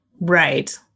Right